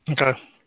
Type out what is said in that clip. Okay